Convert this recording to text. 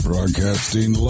Broadcasting